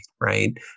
right